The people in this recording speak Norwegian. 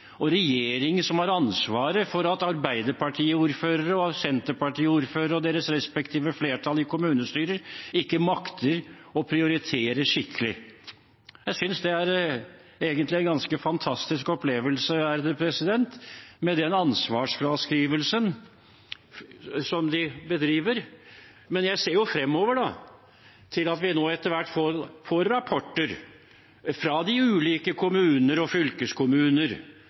og regjeringen som har ansvaret for at Arbeiderparti-ordførere og Senterparti-ordførere og deres respektive flertall i kommunestyrer ikke makter å prioritere skikkelig. Jeg synes egentlig den ansvarsfraskrivelsen som de bedriver, er en ganske fantastisk opplevelse. Men jeg ser fremover til at vi nå etter hvert får rapporter fra de ulike kommuner og fylkeskommuner